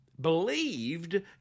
believed